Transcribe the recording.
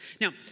Now